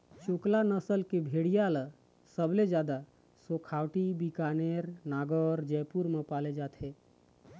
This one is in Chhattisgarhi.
चोकला नसल के भेड़िया ल सबले जादा सेखावाटी, बीकानेर, नागौर, जयपुर म पाले जाथे